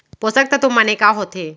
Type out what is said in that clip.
पोसक तत्व माने का होथे?